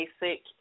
basic